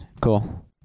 cool